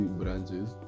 branches